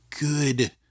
good